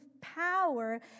power